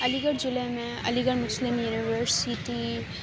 علی گڑھ ضلعے میں علی گڑھ مسلم یونیورسٹی